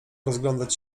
rozglądać